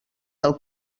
del